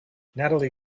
natalie